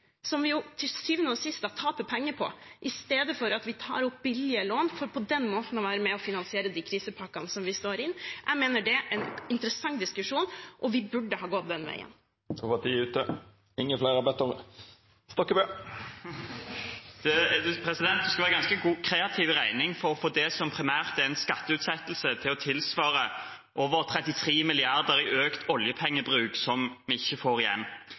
vi jo til syvende og sist taper penger på, i stedet for at vi tar opp billige lån for på den måten å være med og finansiere de krisepakkene vi står i? Jeg mener det er en interessant diskusjon, og vi burde ha gått den veien. En skal være ganske god i kreativ i regning for å få det som primært er en skatteutsettelse, til å tilsvare over 33 mrd. kr i økt oljepengebruk som vi ikke får igjen.